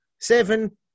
Seven